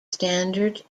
standard